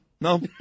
No